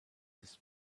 this